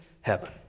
heaven